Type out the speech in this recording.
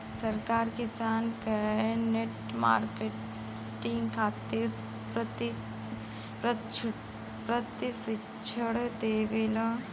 सरकार किसान के नेट मार्केटिंग खातिर प्रक्षिक्षण देबेले?